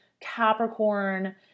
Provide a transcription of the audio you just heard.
Capricorn